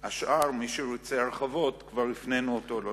השאר, מי שירצה הרחבות, כבר הפנינו אותו.